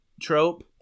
trope